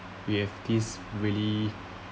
you have this really